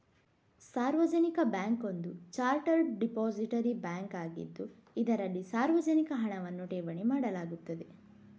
ಸಾರ್ವಜನಿಕ ಬ್ಯಾಂಕ್ ಒಂದು chartered depository bank ಆಗಿದ್ದು, ಇದರಲ್ಲಿ ಸಾರ್ವಜನಿಕ ಹಣವನ್ನು ಠೇವಣಿ ಮಾಡಲಾಗುತ್ತದೆ